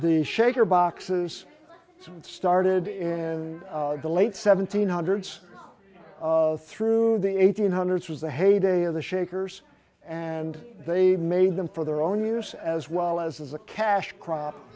the shaker boxes started in the late seventeen hundreds of through the eighteen hundreds was the heyday of the shakers and they made them for their own use as well as a cash crop